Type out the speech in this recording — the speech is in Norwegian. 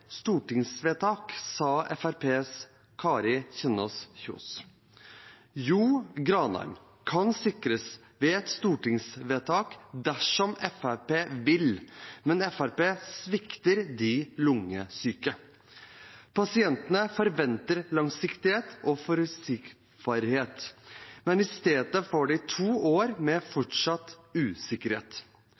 stortingsvedtak dersom Fremskrittspartiet vil, men Fremskrittspartiet svikter de lungesyke. Pasientene forventer langsiktighet og forutsigbarhet, men i stedet får de to år med fortsatt usikkerhet.